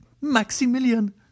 Maximilian